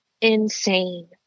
insane